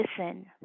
listen